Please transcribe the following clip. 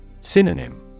Synonym